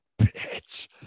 bitch